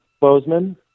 Bozeman